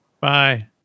Bye